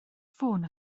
ffôn